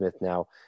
now